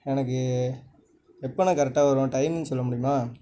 எனக்கு எப்பண்ணா கரெக்டாக வரும் டைமிங் சொல்லமுடியுமா